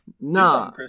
No